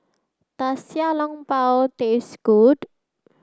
does Xiao Long Bao taste good